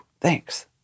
Thanks